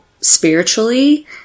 spiritually